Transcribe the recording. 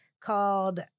called